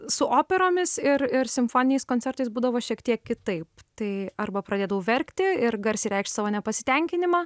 su operomis ir ir simfoniniais koncertais būdavo šiek tiek kitaip tai arba pradėdavau verkti ir garsiai reikšt savo nepasitenkinimą